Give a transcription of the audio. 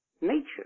nature